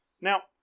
Now